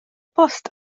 bost